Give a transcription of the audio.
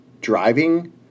driving